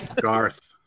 Garth